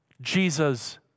Jesus